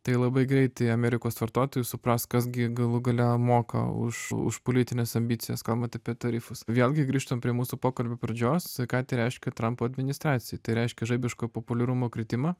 tai labai greitai amerikos vartotojai supras kas gi galų gale moka už už politines ambicijas kalbant apie tarifus vėlgi grįžtam prie mūsų pokalbio pradžios ką tai reiškia trampo administracijai tai reiškia žaibiško populiarumo kritimą